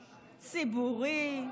ציבורי,